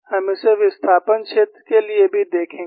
हम इसे विस्थापन क्षेत्र के लिए भी देखेंगे